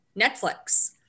netflix